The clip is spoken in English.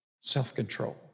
self-control